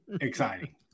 exciting